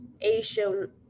Asian